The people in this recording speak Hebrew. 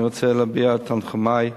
אני רוצה להביע את תנחומי.